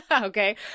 okay